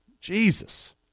Jesus